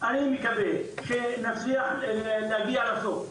אני מקווה שנצליח להגיע לסוף.